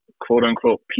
quote-unquote